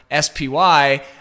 SPY